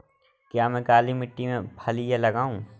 क्या मैं काली मिट्टी में फलियां लगाऊँ?